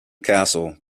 castle